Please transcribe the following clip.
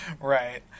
Right